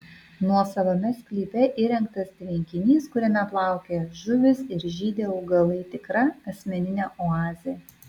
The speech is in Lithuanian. nuosavame sklype įrengtas tvenkinys kuriame plaukioja žuvys ir žydi augalai tikra asmeninė oazė